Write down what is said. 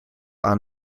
aan